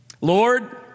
Lord